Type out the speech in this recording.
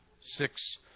six